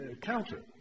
counter